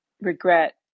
regret